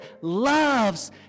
loves